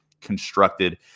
constructed